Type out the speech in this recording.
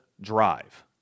drive